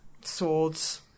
Swords